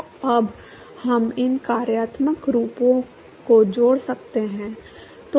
तो अब हम इन कार्यात्मक रूपों को जोड़ सकते हैं